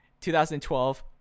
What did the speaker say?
2012